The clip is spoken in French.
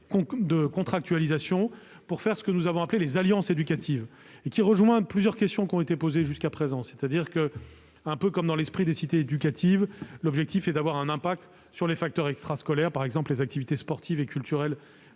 de contractualisation pour faire ce que nous avons appelé des « alliances éducatives ». Ce dispositif répond à plusieurs questions qui ont été posées jusqu'à présent. Un peu comme dans l'esprit des cités éducatives, l'objectif est d'avoir un impact sur les facteurs extrascolaires, par exemple les activités sportives et culturelles